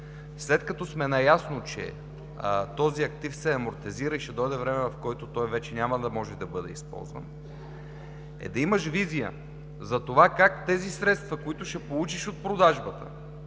след като сме наясно, че този актив се амортизира и ще дойде времето, в което той вече няма да може да бъде използван, да имаш визия за това как тези средства, които ще получиш от продажбата,